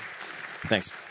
Thanks